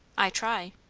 i try.